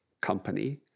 company